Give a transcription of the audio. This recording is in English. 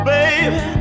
Baby